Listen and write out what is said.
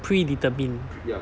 predetermined